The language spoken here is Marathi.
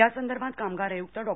यासंदर्भात कामगार आयुक्त डॉ